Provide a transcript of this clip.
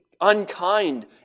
unkind